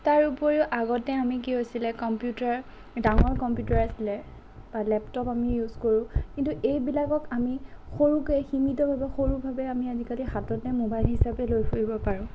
তাৰ উপৰিও আগতে আমি কি হৈছিলে কম্পিউটাৰ ডাঙৰ কম্পিউটাৰ আছিলে বা লেপটপ আমি ইউজ কৰোঁ কিন্তু এইবিলাকক আমি সৰুকৈ সীমিতভাৱে সৰুভাৱে আমি আজিকালি হাততে ম'বাইল হিচাপে লৈ ফুৰিব পাৰোঁ